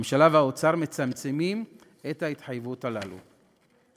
הממשלה והאוצר מצמצמים את ההתחייבויות הללו.